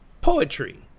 Poetry